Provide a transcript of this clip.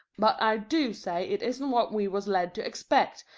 but i do say it isn't what we was led to expect,